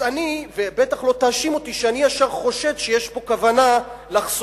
אז בטח לא תאשים אותי שאני ישר חושד שיש פה כוונה לחסום